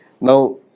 Now